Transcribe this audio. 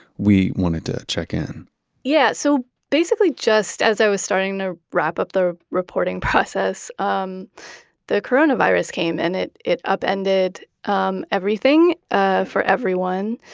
we wanted to check in yeah. so basically, just as i was starting to wrap up the reporting process, um the coronavirus came and it it upended um everything ah for everyone.